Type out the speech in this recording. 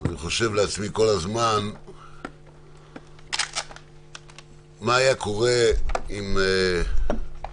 אני חושב לעצמי כל הזמן מה היה קורה אם הייתה